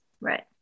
Right